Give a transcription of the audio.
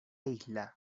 isla